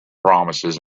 promises